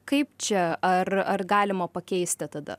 kaip čia ar ar galima pakeisti tada